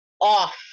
off